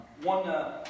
One